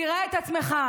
תראה את עצמך,